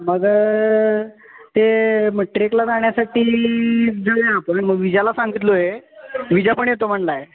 मग ते मग ट्रेकला जाण्यासाठी जर आपण मग विजाला सांगितलो आहे विजा पण येतो म्हणाला आहे